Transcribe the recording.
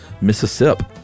Mississippi